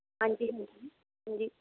ਹਾਂਜੀ ਹਾਂਜੀ ਹਾਂਜੀ